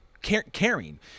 caring